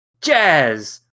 Jazz